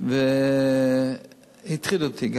וגם הטריד אותי,